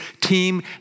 team